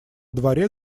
дворе